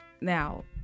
now